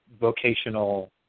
vocational